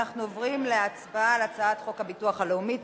אנחנו עוברים להצבעה על הצעת חוק הביטוח הלאומי (תיקון,